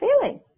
feeling